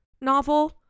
novel